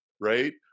right